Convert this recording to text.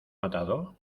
matado